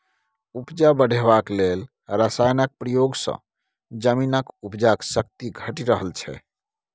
उपजा बढ़ेबाक लेल रासायनक प्रयोग सँ जमीनक उपजाक शक्ति घटि रहल छै